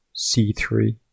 c3